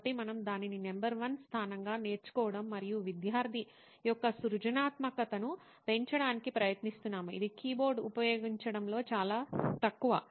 కాబట్టి మనము దానిని నంబర్ 1 సాధనంగా నేర్చుకోవడం మరియు విద్యార్థి యొక్క సృజనాత్మకతను పెంచడానికి ప్రయత్నిస్తున్నాము ఇది కీబోర్డ్ను ఉపయోగించడంలో చాలా తక్కువ